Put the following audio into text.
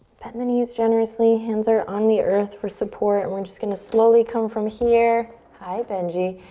bend the knees generously. hands are on the earth for support and we're just gonna slowly come from here, hi, benji,